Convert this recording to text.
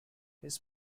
his